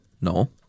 No